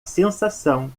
sensação